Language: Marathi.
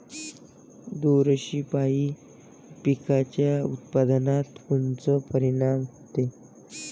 बुरशीपायी पिकाच्या उत्पादनात कोनचे परीनाम होते?